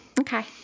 Okay